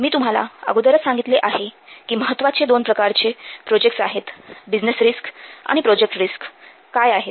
मी तुम्हाला अगोदरच सांगितले आहे कि महत्त्वाचे दोन प्रकारचे प्रोजेक्ट्स आहेत बिझनेस रिस्क्स आणि प्रोजेक्ट रिस्क्स काय आहेत